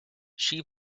she